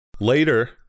Later